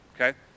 Okay